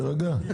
תירגע.